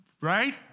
right